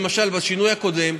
למשל בשינוי הקודם,